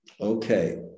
Okay